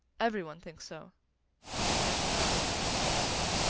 every one thinks so if you care to know, said winterbourne.